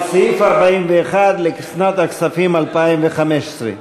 על סעיף 41 לשנת הכספים 2015,